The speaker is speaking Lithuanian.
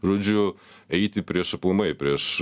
žodžiu eiti prieš aplamai prieš